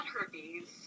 herpes